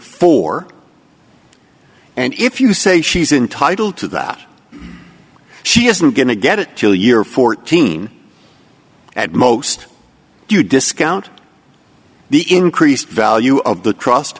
four and if you say she's entitled to that she isn't going to get it till year fourteen at most you discount the increased value of the trust